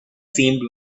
seemed